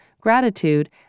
gratitude